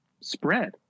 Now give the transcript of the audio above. spread